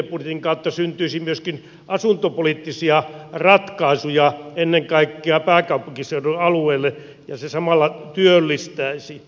liikennebudjetin kautta syntyisi myöskin asuntopoliittisia ratkaisuja ennen kaikkea pääkaupunkiseudun alueelle ja se samalla työllistäisi